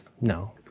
No